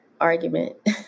argument